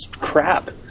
crap